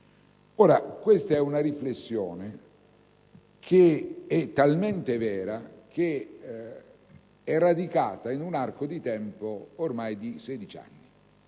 Questa è una riflessione talmente vera che è radicata in un arco di tempo di ormai 16 anni.